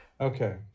Okay